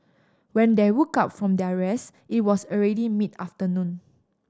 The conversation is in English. when they woke up from their rest it was already mid afternoon